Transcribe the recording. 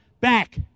back